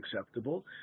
acceptable